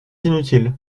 inutile